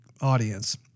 audience